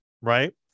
right